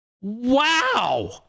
Wow